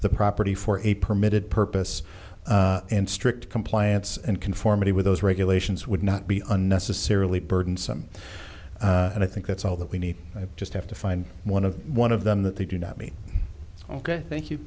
the property for a permitted purpose and strict compliance and conformity with those regulations would not be unnecessarily burdensome and i think that's all that we need i just have to find one of one of them that they do not me ok thank you